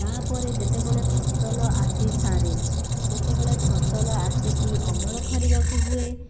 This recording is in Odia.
ତାପରେ ଯେତେବେଳେ ଫସଲ ଆସି ସାରେ ଯେତେବେଳେ ଫସଲ ଆସିକି ଅମଳ କରିବାକୁ ହୁଏ